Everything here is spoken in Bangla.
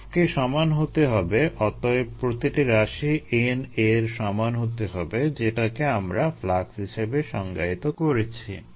ফ্লাক্সকে সমান হতে হবে অতএব প্রতিটি রাশি NA এর সমান হতে হবে যেটাকে আমরা ফ্লাক্স হিসেবে সংজ্ঞায়িত করেছি